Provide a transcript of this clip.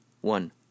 One